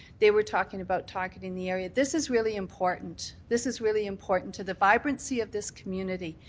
they were talking about talking in the area. this is really important, this is really important to the vibrancy of this community.